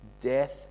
death